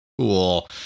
Cool